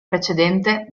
precedente